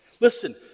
listen